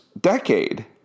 decade